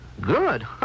Good